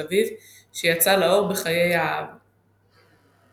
ואחר כך יצא במספר מהדורות כחיבור בפני עצמו.